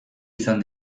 izan